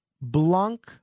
Blanc